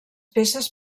peces